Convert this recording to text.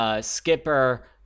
Skipper